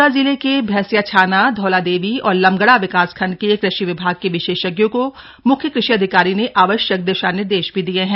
अल्मोड़ा जिले के भैंसियाछाना धौलादेवी और लमगड़ा विकासखण्ड के कृषि विभाग के विशेषज्ञों को मुख्य कृषि अधिकारी ने आवश्यक दिशा निर्देश भी दिए हैं